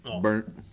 Burnt